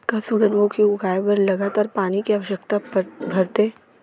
का सूरजमुखी उगाए बर लगातार पानी के आवश्यकता भरथे?